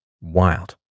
wild